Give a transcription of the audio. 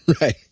right